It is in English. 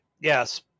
Yes